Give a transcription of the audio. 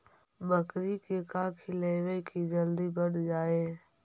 बकरी के का खिलैबै कि जल्दी बढ़ जाए?